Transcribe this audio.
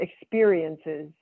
experiences